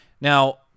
Now